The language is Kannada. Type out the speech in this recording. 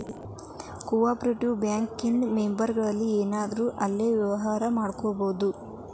ಕೊ ಆಪ್ರೇಟಿವ್ ಬ್ಯಾಂಕ ಇನ್ ಮೆಂಬರಿರ್ಲಿಲ್ಲಂದ್ರುನೂ ಅಲ್ಲೆ ವ್ಯವ್ಹಾರಾ ಮಾಡ್ಬೊದು